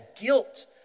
guilt